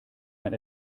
man